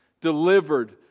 delivered